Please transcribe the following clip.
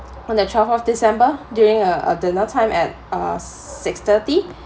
on the twelve of december during a a dinner time at uh six-thirty